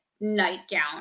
nightgown